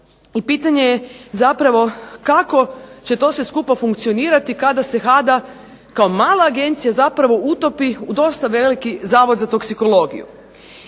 I pitanje je kako će sve to skupa funkcionirati kada se HADA kao mala agencija zapravo utopi u dosta veliki Zavod za toksikologiju?